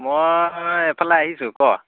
মই এফালে আহিছোঁ ক